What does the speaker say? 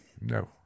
no